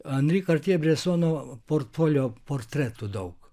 anri kartjė bresono portfolio portretų daug